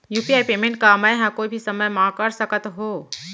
UPI payment का मैं ह कोई भी समय म कर सकत हो?